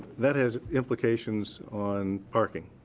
that has implications on parking.